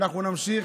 אנחנו נמשיך,